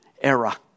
era